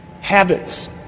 habits